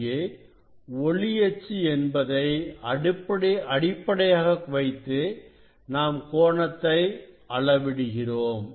இங்கே ஒளி அச்சு என்பதை அடிப்படையாக வைத்து நாம் கோணத்தை அளவிடுகிறோம்